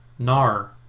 Nar